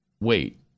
Wait